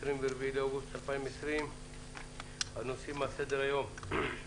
היום ה-24 באוגוסט 2020. אנחנו נשמע סקירה ממנהל